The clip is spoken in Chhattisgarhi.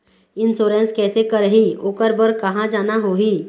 इंश्योरेंस कैसे करही, ओकर बर कहा जाना होही?